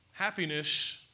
Happiness